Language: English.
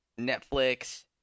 netflix